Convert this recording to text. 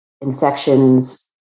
infections